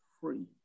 free